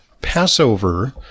Passover